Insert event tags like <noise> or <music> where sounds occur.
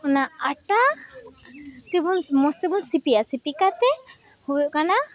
ᱚᱱᱟ ᱟᱸᱴᱟ <unintelligible> ᱢᱚᱡᱽᱛᱮᱵᱚᱱ ᱥᱤᱯᱤᱭᱟ ᱥᱤᱯᱤ ᱠᱟᱛᱮᱫ ᱦᱩᱭᱩᱜ ᱠᱟᱱᱟ